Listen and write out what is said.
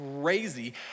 crazy